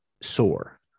sore